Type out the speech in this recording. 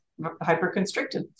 hyperconstricted